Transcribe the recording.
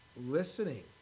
listening